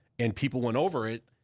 and people went over it.